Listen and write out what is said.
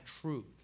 truth